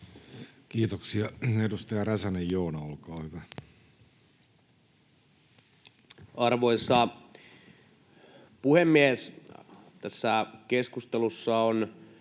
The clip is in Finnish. Kiitoksia. — Edustaja Virta, olkaa hyvä. Arvoisa puhemies! Tässä salissa on